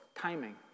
timing